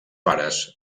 pares